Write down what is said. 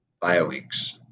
bioinks